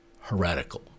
heretical